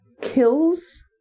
kills